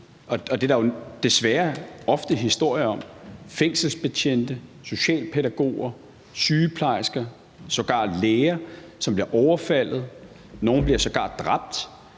der jo desværre ofte historier om, at der er fængselsbetjente, socialpædagoger, sygeplejersker og sågar læger, som bliver overfaldet, og nogle bliver sågar dræbt,